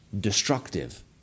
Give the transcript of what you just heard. destructive